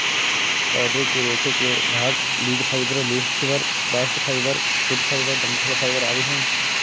पौधे के रेशे के भाग बीज fibre, leaf fibre, bast fibre, fruit fibre, डंठल फाइबर आदि है